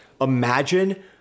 imagine